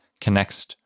connects